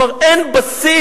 הוא אמר: אין בסיס